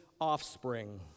offspring